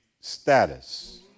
status